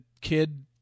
kid